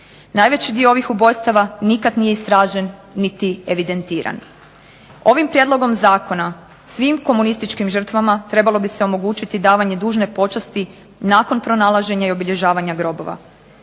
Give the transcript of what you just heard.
Najveći dio ovih ubojstava nikad nije istražen niti evidentiran. Ovim prijedlogom zakona svim komunističkim žrtvama trebalo bi se omogućiti davanje dužne počasti nakon pronalaženja i obilježavanja grobova.